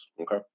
okay